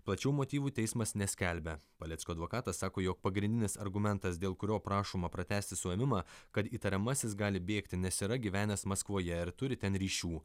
plačiau motyvų teismas neskelbia paleckio advokatas sako jog pagrindinis argumentas dėl kurio prašoma pratęsti suėmimą kad įtariamasis gali bėgti nes yra gyvenęs maskvoje ir turi ten ryšių